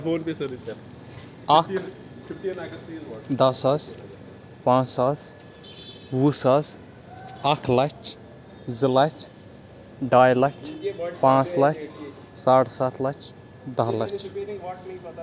اَکھ دَہ ساس پانٛژھ ساس وُہ ساس اَکھ لَچھ زٕ لَچھ ڈاے لَچھ پانٛژھ لَچھ ساڑ سَتھ لَچھ دَہ لَچھ